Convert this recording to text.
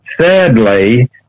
sadly